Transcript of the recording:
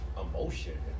emotion